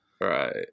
Right